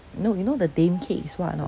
no you know the daim cake is what or not